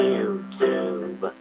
YouTube